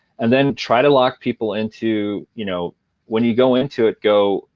and then try to lock people into you know when you go into it, go,